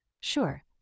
Sure